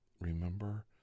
remember